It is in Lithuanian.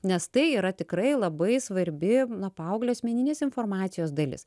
nes tai yra tikrai labai svarbi na paauglio asmeninės informacijos dalis